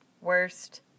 worst